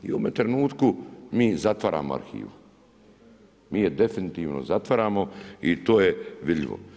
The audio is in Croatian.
I u ovome trenutku mi zatvaramo arhivu, mi je definitivno zatvaramo i to je vidljivo.